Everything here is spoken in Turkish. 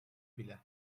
bile